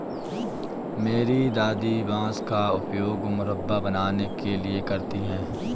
मेरी दादी बांस का उपयोग मुरब्बा बनाने के लिए करती हैं